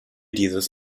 dieses